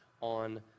on